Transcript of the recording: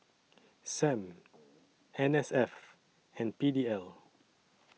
SAM N S F and P D L